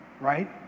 Right